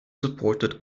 supported